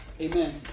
Amen